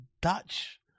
Dutch